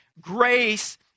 grace